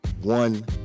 One